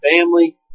family